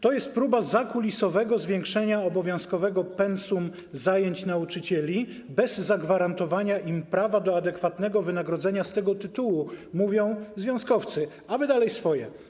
To jest próba zakulisowego zwiększenia obowiązkowego pensum zajęć nauczycieli bez zagwarantowania im prawa do adekwatnego wynagrodzenia z tego tytułu, mówią związkowcy, a wy dalej swoje.